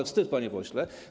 Wstyd, panie pośle.